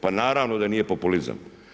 Pa naravno da nije populizam.